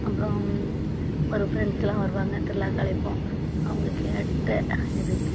அப்புறோம் ஒரு ஃப்ரெண்ட்ஸுலாம் வருவாங்க திருவிழாக்கு அழைப்போம் அவங்க கேட்ட இது